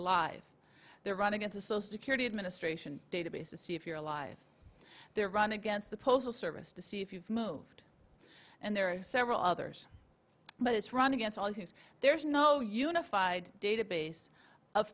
alive they're running into social security administration database to see if you're alive there run against the postal service to see if you've moved and there are several others but it's run against all issues there's no unified database of